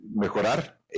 mejorar